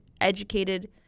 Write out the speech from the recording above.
educated